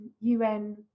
UN